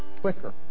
quicker